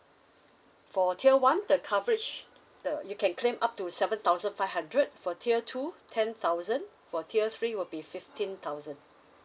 for tier one the coverage th~ the you can claim up to seven thousand five hundred for tier two ten thousand for tier three will be fifteen thousand